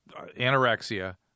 anorexia